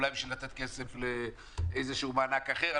אולי בשביל לתת כסף לאיזשהו מענק אחר,